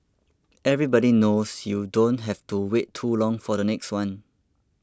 everybody knows you don't have to wait too long for the next one